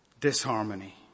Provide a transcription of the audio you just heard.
disharmony